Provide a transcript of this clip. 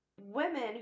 women